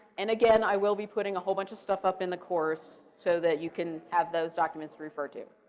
and again, i will be putting a whole bunch of stuff up in the course so that you can have those documents to refer to.